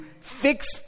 fix